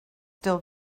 still